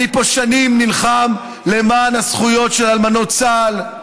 אני פה שנים נלחם למען הזכויות של אלמנות צה"ל.